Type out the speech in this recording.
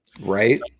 right